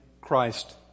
Christ